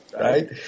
right